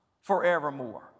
forevermore